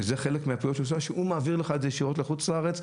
וזה חלק מהפעולות שהוא עושה הוא מעביר לך את זה ישירות לחוץ לארץ.